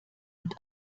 und